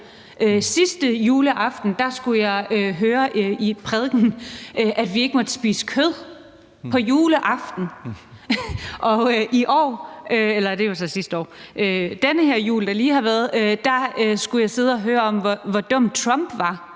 Sidste juleaften skulle jeg høre i prædikenen, at vi ikke måtte spise kød juleaften, og den her jul, der lige har været, skulle jeg sidde og høre om, hvor dum Trump var.